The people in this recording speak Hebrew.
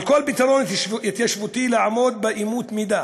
על כל פתרון התיישבותי לעמוד באמות מידה